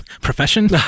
Profession